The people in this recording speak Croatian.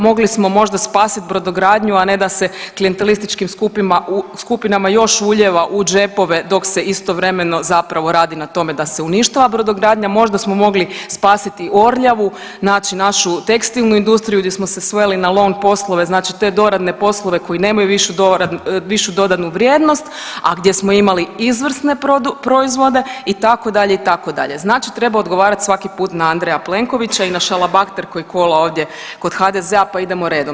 Mogli smo možda spasit brodogradnju, a ne da se klijentelističkim skupinama još ulijeva u džepove dok se istovremeno zapravo radi na tome da se uništava brodogradnja, možda smo mogli spasiti Orljavu našu tekstilnu industriju gdje smo se sveli na lohn poslove, znači te doradne poslove koji nemaju višu dodanu vrijednost, a gdje smo imali izvrsne proizvode itd., itd. znači treba odgovarat svaki put na Andreja Plenkovića i na šalabahter koji kola ovdje kod HDZ-a pa idemo redom.